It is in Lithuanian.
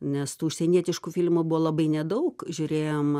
nes tų užsienietiškų filmų buvo labai nedaug žiūrėjom